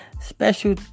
Special